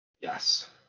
yes